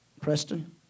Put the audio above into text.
Preston